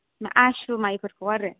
आसु माइफोरखौ आरो